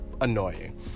annoying